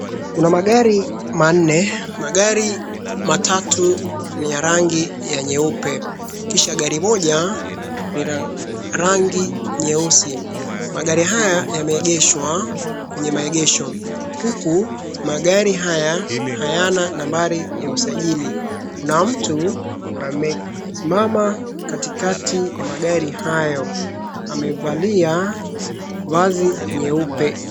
Kuna magari manne, magari matatu ni ya rangi ya nyeupe. Kisha gari moja ni la rangi nyeusi. Magari haya yameegeshwa kwenye maegesho huku magari haya hayana nambari ya usajili. Kuna mtu amesimama katikati ya magari hayo, amevalia vazi nyeupe.